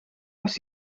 was